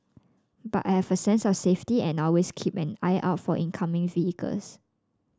but I have a sense of safety and I always keep an eye out for incoming vehicles